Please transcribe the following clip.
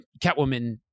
Catwoman